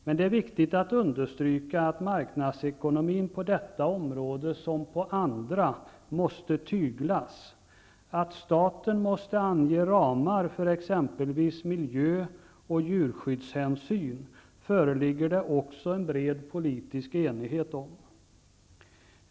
Men det är viktigt att understryka att marknadsekonomin på detta område, som på andra, måste tyglas. Att staten måste ange ramar för exempelvis miljö och djurskyddshänsyn föreligger det också en bred politisk enighet om.